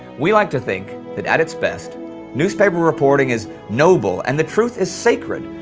we like to think that at its best newspaper reporting is noble and the truth is sacred,